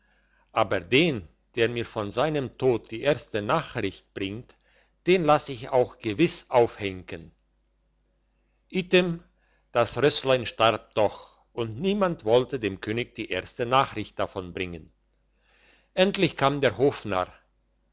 aber den der mir von seinem tod die erste nachricht bringt den lass ich auch gewiss aufhenken item das rösslein starb doch und niemand wollte dem könig die erste nachricht davon bringen endlich kam der hofnarr